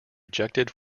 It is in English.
ejected